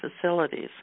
facilities